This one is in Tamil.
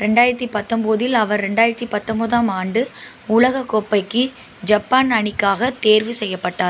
ரெண்டாயிரத்தி பத்தம்போதில் அவர் ரெண்டாயிரத்தி பத்தம்போதாம் ஆண்டு உலகக் கோப்பைக்கு ஜப்பான் அணிக்காகத் தேர்வு செய்யப்பட்டார்